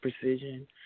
precision